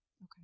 Okay